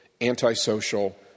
antisocial